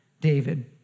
David